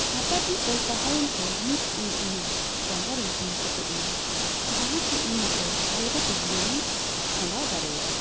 ᱱᱟᱯᱟᱭᱛᱤᱧ ᱚᱞ ᱯᱟᱲᱦᱟᱣ ᱮᱱᱛᱮ ᱱᱤᱛ ᱤᱧ ᱤᱧᱟᱹᱜ ᱡᱟᱝᱜᱟᱨᱤᱧ ᱛᱤᱸᱜᱩ ᱠᱮᱴᱮᱡ ᱮᱱᱟ ᱡᱟᱦᱟᱸᱛᱮ ᱤᱧ ᱱᱤᱛᱳᱜ ᱟᱞᱜᱟᱛᱮ ᱡᱤᱭᱚᱱᱤᱧ ᱠᱷᱟᱸᱰᱟᱣ ᱫᱟᱲᱮᱭᱟᱜᱼᱟ